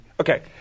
Okay